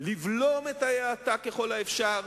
לבלום את ההאטה ככל האפשר,